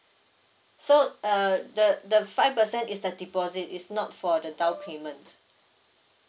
so uh the the five percent is the deposit is not for the down payment